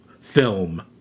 film